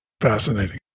Fascinating